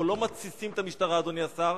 אנחנו לא מתסיסים את המשטרה, אדוני השר.